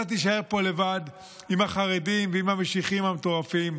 אתה תישאר פה לבד עם החרדים ועם המשיחיים המטורפים,